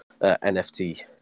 NFT